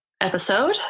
episode